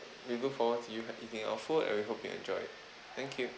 we look forward to you eating our food and we hope you'll enjoy thank you